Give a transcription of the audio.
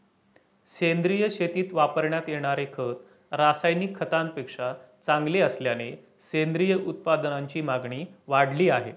सेंद्रिय शेतीत वापरण्यात येणारे खत रासायनिक खतांपेक्षा चांगले असल्याने सेंद्रिय उत्पादनांची मागणी वाढली आहे